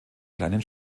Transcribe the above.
kleinen